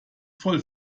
voll